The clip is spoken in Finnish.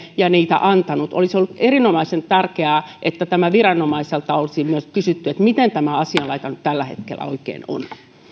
ja on niitä antanut olisi ollut erinomaisen tärkeää että myös viranomaiselta olisi olisi kysytty miten tämä asianlaita nyt tällä hetkellä oikein on